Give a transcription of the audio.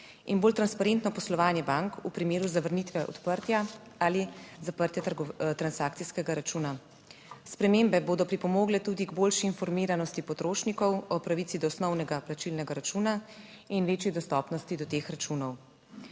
in bolj transparentno poslovanje bank v primeru zavrnitve, odprtja ali zaprtja transakcijskega računa. Spremembe bodo pripomogle tudi k boljši informiranosti potrošnikov o pravici do osnovnega plačilnega računa in večji dostopnosti do teh računov.